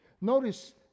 Notice